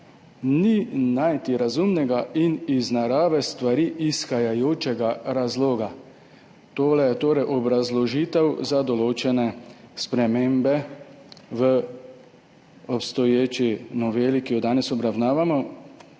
najti razumnega in iz narave stvari izhajajočega razloga. Tole je torej obrazložitev za določene spremembe v obstoječi noveli, ki jo danes obravnavamo.